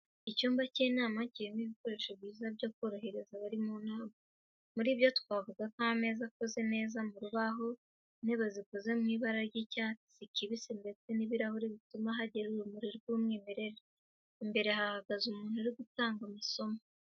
Icyumba cy'inama kirimo ibikoresho byiza byo korohereza abari mu nama, muri byo twavuga nk'ameza akoze neza mu rubaho, intebe zikoze mu ibara ry'icyatsi kibisi ndetse n'ibirahure bituma hagera urumuri rw'umwimerere. Imbere hahagaze umuntu uri gutanga amasomo.